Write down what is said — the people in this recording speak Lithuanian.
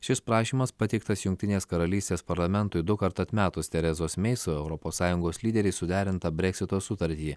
šis prašymas pateiktas jungtinės karalystės parlamentui dukart atmetus terezos mei su europos sąjungos lyderiais suderintą breksito sutartį